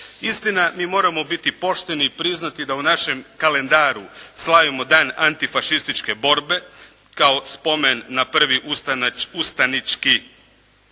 Istina mi moramo biti pošteni i priznati da u našem kalendaru slavimo Dan antifašističke borbe kao spomen na prvi ustanički